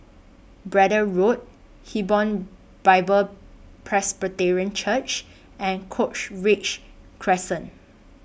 Braddell Road Hebron Bible Presbyterian Church and Cochrane Crescent